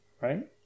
Right